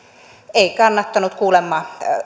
ei kannattanut kuulemma